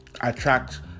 attract